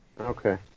Okay